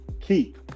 Keep